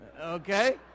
Okay